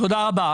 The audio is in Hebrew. תודה רבה.